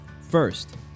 First